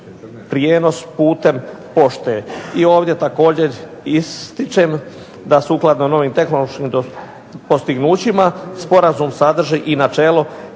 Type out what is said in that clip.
prijenos putem pošte. I ovdje također ističem da sukladno novim tehnološkim postignućima sporazum sadrži i načelo